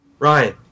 Ryan